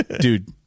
Dude